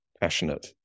passionate